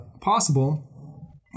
possible